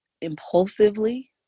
impulsively